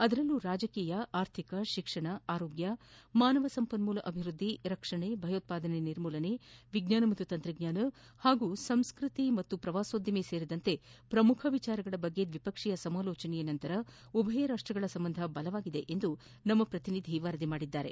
ಅದರಲ್ಲೂ ರಾಜಕೀಯ ಆರ್ಥಿಕ ಶಿಕ್ಷಣ ಆರೋಗ್ಕ ಮಾನವ ಸಂಪನ್ಮೂಲ ಅಭಿವೃದ್ಧಿ ರಕ್ಷಣಾ ಭಯೋತ್ವಾದನಾ ನಿರ್ಮೂಲನೆ ವಿಜ್ಞಾನ ಮತ್ತು ತಂತ್ರಜ್ಞಾನ ಮತ್ತು ಸಾಂಸ್ಕೃತಿಕ ಹಾಗೂ ಪ್ರವಾಸೋದ್ಧಮ ಸೇರಿದಂತೆ ಪ್ರಮುಖ ವಿಷಯಗಳ ಕುರಿತು ದ್ವಿಪಕ್ಷೀಯ ಸಮಾಲೋಚನೆ ಬಳಿಕ ಉಭಯ ರಾಷ್ಟಗಳ ಸಂಬಂಧ ಬಲಗೊಂಡಿದೆ ಎಂದು ನಮ್ಮ ಪ್ರತಿನಿಧಿ ವರದಿ ಮಾಡಿದ್ದಾರೆ